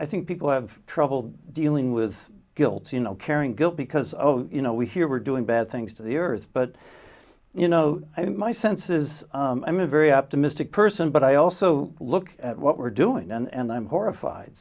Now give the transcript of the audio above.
i think people have trouble dealing with guilty you know caring guilt because you know we hear we're doing bad things to the earth but you know my sense is i'm a very optimistic person but i also look at what we're doing and i'm horrified